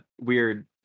weird